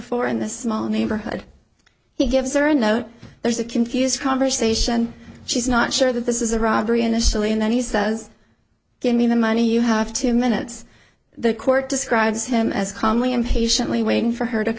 before in the small neighborhood he gives her a note there's a confused conversation she's not sure that this is a robbery initially and then he says give me the money you have two minutes the court describes him as calmly and patiently waiting for her to